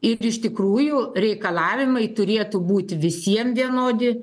ir iš tikrųjų reikalavimai turėtų būti visiem vienodi